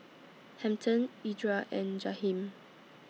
Hampton Edra and Jaheem